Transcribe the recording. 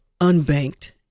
unbanked